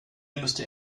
müsste